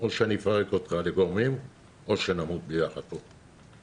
או שאני אפרק אותך לגורמים או שנמות ביחד פה.